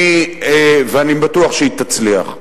ואני בטוח שהיא תצליח.